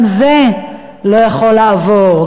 גם זה לא יכול לעבור,